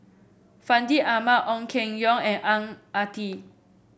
Fandi Ahmad Ong Keng Yong and Ang Ah Tee